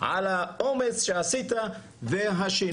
על האומץ והשינוי